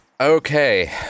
Okay